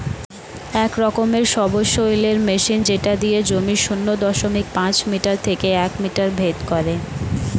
এক রকমের সবসৈলের মেশিন যেটা দিয়ে জমির শূন্য দশমিক পাঁচ মিটার থেকে এক মিটার ভেদ করে